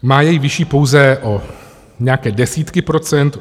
Má jej vyšší pouze o nějaké desítky procent.